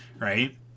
right